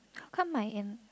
how come my and